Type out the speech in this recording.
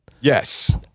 Yes